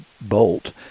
bolt